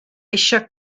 eisiau